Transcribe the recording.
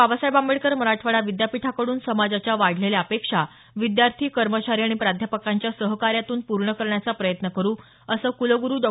बाबासाहेब आंबेडकर मराठवाडा विद्यापीठाकडून समाजाच्या वाढलेल्या अपेक्षा विद्यार्थी कर्मचारी आणि प्राध्यापकांच्या सहकार्यातून पूर्ण करण्याचा प्रयत्न करु असं क्लग्रू डॉ